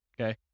okay